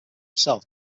itself